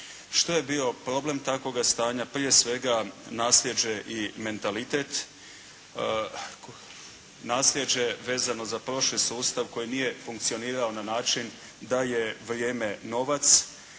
Što je bio problem takvoga stanja? Prije svega nasljeđe i mentalitet. Nasljeđe vezano za prošli sustav koji nije funkcionirao na način da je vrijeme novac